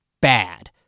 bad